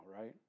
right